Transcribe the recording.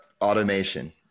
automation